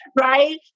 right